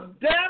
death